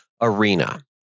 arena